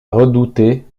redouter